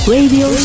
Radio